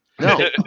No